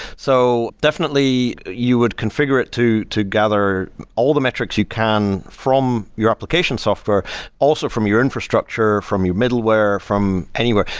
so definitely you would configure it to to gather all the metrics you can from your application software also from your infrastructure, from your middleware, from anywhere.